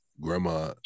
grandma